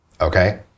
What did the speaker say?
okay